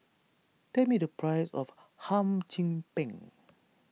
tell me the price of Hum Chim Peng